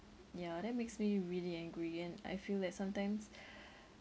ya that makes me really angry and I feel that sometimes